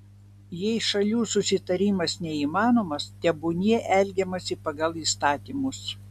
jei šalių susitarimas neįmanomas tebūnie elgiamasi pagal įstatymus